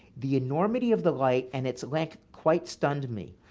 the enormity of the light and its length quite stunned me.